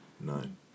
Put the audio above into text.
Nine